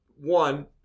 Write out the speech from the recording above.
one